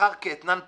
בשכר כאתנן פוליטי?